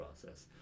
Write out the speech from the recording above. process